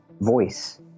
voice